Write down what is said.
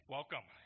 Welcome